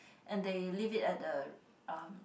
and they leave it at the um